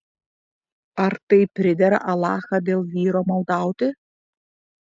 ar tai pridera alachą dėl vyro maldauti